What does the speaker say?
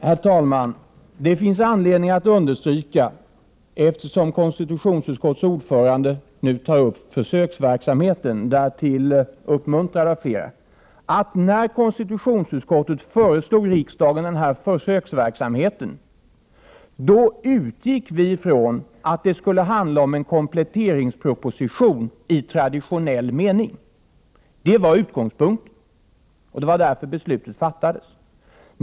Herr talman! Det finns anledning att understryka, eftersom konstitutionsutskottets ordförande nu tar upp försöksverksamheten, därtill uppmuntrad av flera, att när konstitutionsutskottet föreslog riksdagen denna försöksverksamhet utgick vi från att det skulle handla om en kompletteringsproposition i traditionell mening. Detta var utgångspunkten. Det var därför beslutet fattades.